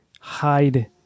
hide